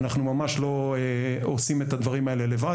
אנחנו ממש לא עושים את הדברים לבד.